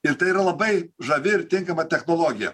ir tai yra labai žavi ir tinkama technologija